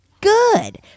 good